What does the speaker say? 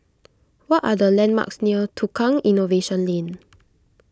what are the landmarks near Tukang Innovation Lane